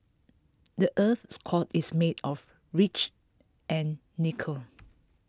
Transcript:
the Earth's score is made of rich and nickel